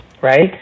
right